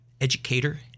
educator